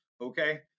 Okay